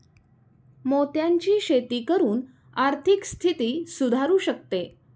मोत्यांची शेती करून आर्थिक स्थिती सुधारु शकते